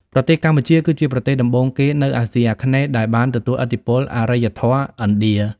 ប្រទេសកម្ពុជា គឺជាប្រទេសដំបូងគេនៅអាស៊ីអាគ្នេយ៍ដែលបានទទួលឥទ្ធិពលអរិយធម៌ឥណ្ឌា។